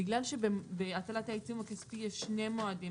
בגלל שבהטלת העיצום הכספי יש שני מועדים,